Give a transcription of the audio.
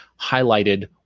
highlighted